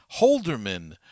Holderman